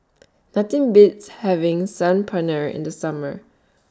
Nothing Beats having Saag Paneer in The Summer